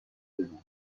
saison